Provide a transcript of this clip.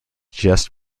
just